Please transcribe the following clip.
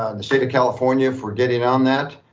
the state of california for getting on that.